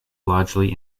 largely